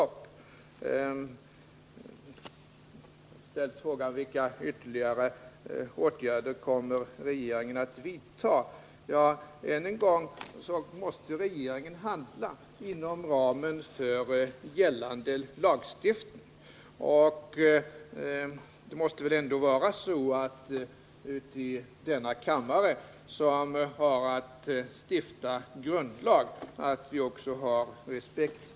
Elvy Nilsson frågade vilka ytterligare åtgärder regeringen kommer att vidta, och jag måste då än en gång hänvisa till att regeringen måste handla inom ramen för gällande lagstiftning. Det måste väl ändå vara så att vi i denna kammare, som har att stifta grundlag, har respekt för vår konstitution.